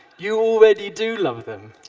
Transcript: you already do love them.